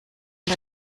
der